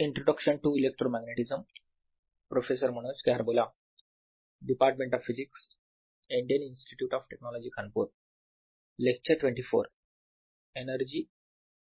energy